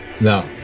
No